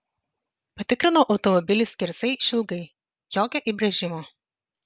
patikrinau automobilį skersai išilgai jokio įbrėžimo